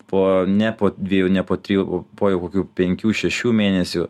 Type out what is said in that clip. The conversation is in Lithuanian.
po ne po dviejų ne po trijų o po jau kokių penkių šešių mėnesių